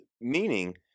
Meaning